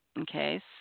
Okay